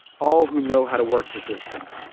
all who know how to work the system.